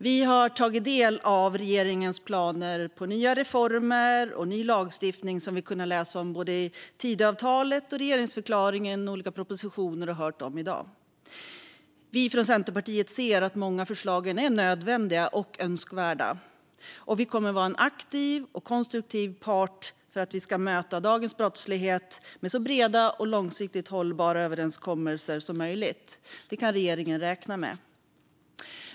Vi har tagit del av regeringens planer på nya reformer och ny lagstiftning som vi kunnat läsa om i Tidöavtalet, i regeringsförklaringen och i olika propositioner och hört om i dag. Vi i Centerpartiet ser att många av förslagen är nödvändiga och önskvärda. Vi kommer att vara en aktiv och konstruktiv part för att möta dagens brottslighet med så breda och långsiktigt hållbara överenskommelser som möjligt. Det kan regeringen räkna med.